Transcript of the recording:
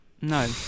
no